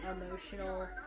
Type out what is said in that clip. emotional